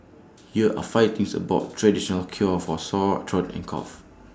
here are five things about traditional cure for sore throat and cough